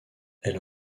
elle